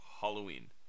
Halloween